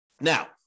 Now